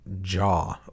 jaw